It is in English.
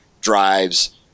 drives